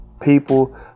people